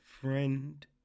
friend